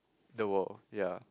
the world ya